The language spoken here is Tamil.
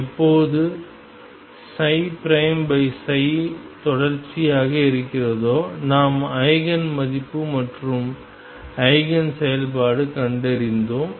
எப்போது தொடர்ச்சியாக இருக்கிறதோ நாம் ஐகேன் மதிப்பு மற்றும் ஐகேன் செயல்பாடு கண்டறிந்தோம்